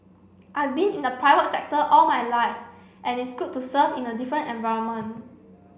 I've been in the private sector all my life and it's good to serve in a different environment